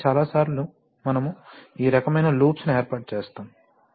కాబట్టి చాలా సార్లు మనము ఈ రకమైన లూప్స్ ను ఏర్పాటు చేస్తాము